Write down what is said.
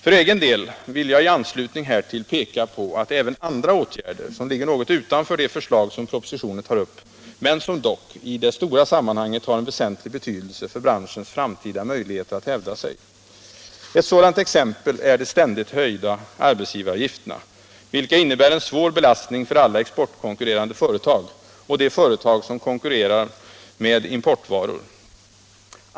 För egen del vill jag i anslutning härtill peka på andra åtgärder som ligger något utanför de förslag propositionen tar upp men som i det stora sammanhanget har väsentlig betydelse för branschens framtida möjligheter att hävda sig. Ett sådant exempel är de ständigt höjda arbetsgivaravgifterna, vilka innebär en svår belastning för alla exportkonkurrerande företag och de företag som konkurrerar med importvaror.